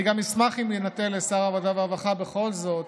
אני גם אשמח אם יינתן לשר העבודה והרווחה בכל זאת,